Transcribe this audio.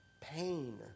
pain